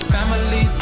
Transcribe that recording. Family